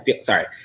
Sorry